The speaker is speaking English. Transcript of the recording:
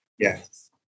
Yes